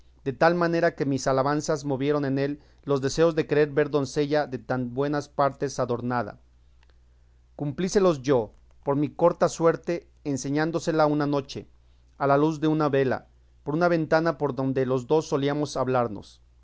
de tal manera que mis alabanzas movieron en él los deseos de querer ver doncella de tantas buenas partes adornada cumplíselos yo por mi corta suerte enseñándosela una noche a la luz de una vela por una ventana por donde los dos solíamos hablarnos